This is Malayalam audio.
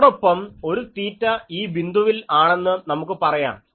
അതോടൊപ്പം ഒരു തീറ്റ ഈ ബിന്ദുവിൽ ആണെന്ന് നമുക്ക് പറയാം